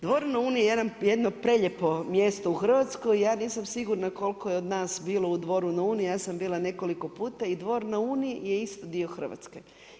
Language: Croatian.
Dvor na Uni je jedno prelijepo mjesto u Hrvatskoj i ja nisam sigurna koliko je od nas bilo u Dvoru na Uni, ja sam bila nekoliko puta i Dvor na Uni je isto dio Hrvatske.